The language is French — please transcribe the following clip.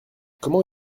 comment